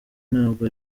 ntabwo